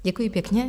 Děkuji pěkně.